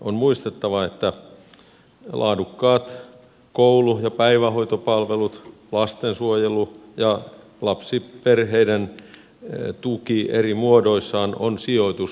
on muistettava että laadukkaat koulu ja päivähoitopalvelut lastensuojelu ja lapsiperheiden tuki eri muodoissaan ovat sijoitus tulevaisuuteen